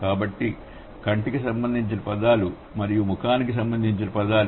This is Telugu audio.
కాబట్టి కంటికి సంబంధించిన పదాలు మరియు ముఖానికి సంబంధించిన పదాలు